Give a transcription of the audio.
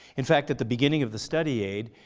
in fact, at the beginning of the study aid,